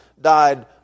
died